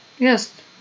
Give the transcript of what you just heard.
Yes